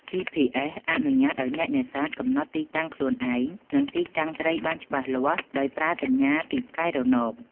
GPS អនុញ្ញាតឲ្យអ្នកនេសាទកំណត់ទីតាំងខ្លួនឯង និងទីតាំងត្រីបានច្បាស់លាស់ដោយប្រើសញ្ញាពីផ្កាយរណប។